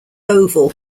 oval